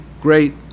great